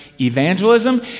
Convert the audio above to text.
Evangelism